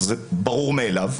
זה ברור מאליו,